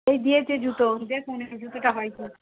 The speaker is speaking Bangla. এই দিয়েছে জুতো দেখুন এই জুতোটা হয় কি